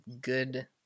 good